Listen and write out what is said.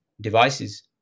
devices